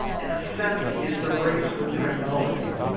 in a sense it's a race with technology,